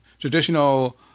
traditional